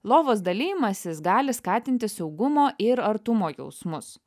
lovos dalijimasis gali skatinti saugumo ir artumo jausmus